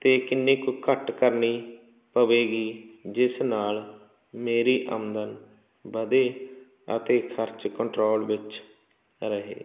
ਅਤੇ ਕਿੰਨੀ ਕੁ ਘੱਟ ਕਰਨੀ ਪਵੇਗੀ ਜਿਸ ਨਾਲ ਮੇਰੀ ਆਮਦਨ ਵਧੇ ਅਤੇ ਖਰਚ ਕੰਟਰੋਲ ਵਿੱਚ ਰਹੇ